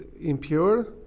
impure